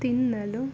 ತಿನ್ನಲು